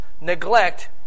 neglect